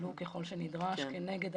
ויפעלו ככל שנדרש כנגד